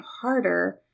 harder